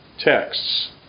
texts